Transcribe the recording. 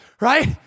right